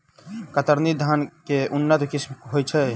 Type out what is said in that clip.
कतरनी धान केँ के उन्नत किसिम होइ छैय?